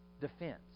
defense